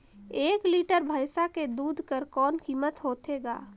एक लीटर भैंसा के दूध कर कौन कीमत होथे ग?